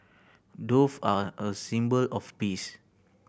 dove are a symbol of peace